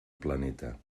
planeta